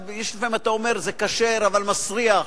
לפעמים אתה אומר: זה כשר אבל מסריח.